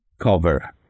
cover